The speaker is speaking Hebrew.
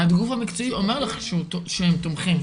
הגוף המקצועי אומר לך שהם תומכים.